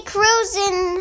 Cruising